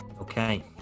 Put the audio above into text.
okay